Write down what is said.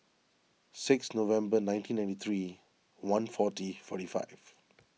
six November nineteen ninety three one forty forty five